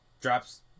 drops